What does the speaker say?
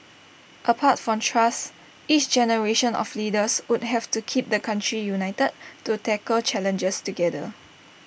apart from trust each generation of leaders would have to keep the country united to tackle challenges together